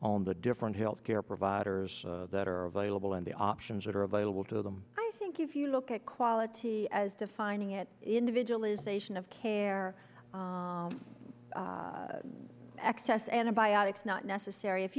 on the different health care providers that are available and the options that are available to them i think if you look at quality as defining it individualization of care excess antibiotics not necessary if